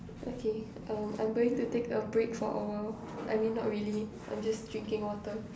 okay um I'm going to take a break for awhile I mean not really I'm just drinking water